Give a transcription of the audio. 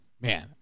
man